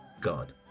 God